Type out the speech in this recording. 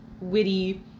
witty